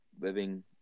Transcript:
living